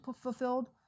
fulfilled